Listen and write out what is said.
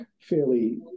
fairly